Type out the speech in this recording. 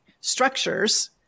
structures